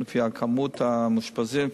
במספר המאושפזים,